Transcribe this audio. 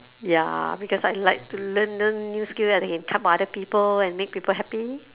ya because I like to learn learn new skill and then can cut for other people and make people happy